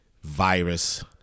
virus